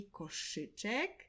koszyczek